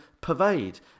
pervade